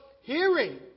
Hearing